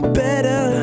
better